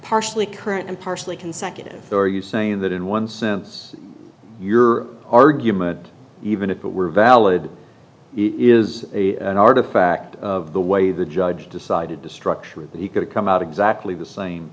partially current and partially consecutive there are you saying that in one sense your argument even if it were valid it is an artifact of the way the judge decided to structure it that he could come out exactly the same